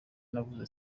navuze